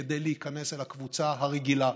כדי להיכנס אל הקבוצה הרגילה,